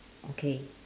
okay